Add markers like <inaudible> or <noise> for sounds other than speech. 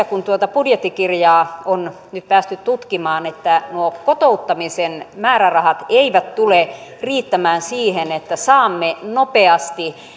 <unintelligible> kun tuota budjettikirjaa on nyt päästy tutkimaan olen kyllä huolestunut siitä että nuo kotouttamisen määrärahat eivät tule riittämään siihen että saamme nopeasti